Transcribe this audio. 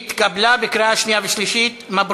התקבלה בקריאה שנייה ושלישית.